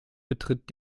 betritt